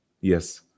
Yes